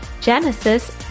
Genesis